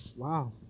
Wow